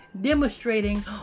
demonstrating